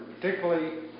Particularly